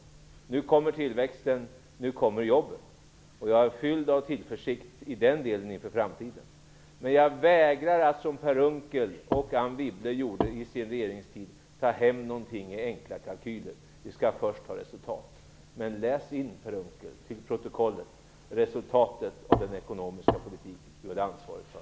Nu kommer tillväxten - nu kommer jobben. Jag är i det avseendet fylld av tillförsikt inför framtiden. Jag vägrar dock att, som Per Unckel och Anne Wibble gjorde under sin regeringstid, ta hem någonting med enkla kalkyler. Vi skall först ha resultat. Läs in till protokollet, Per Unckel, resultatet av den ekonomiska politik som Per Unckel hade ansvar för!